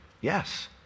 Yes